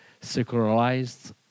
secularized